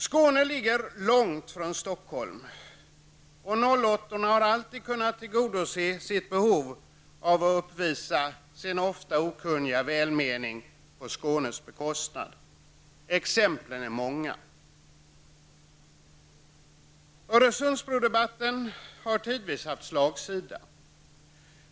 Skåne ligger långt från Stockholm, och 08-orna har alltid kunnat tillgodose sitt behov av att uppvisa sin ofta okunniga välmening på Skånes bekostnad. Exemplen är många. Debatten om en Öresundsbro har tidvis haft slagsida.